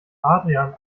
adrian